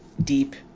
deep